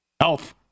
health